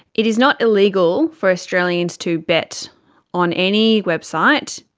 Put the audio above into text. it is not illegal for australians to bet on any website,